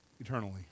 eternally